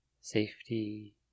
safety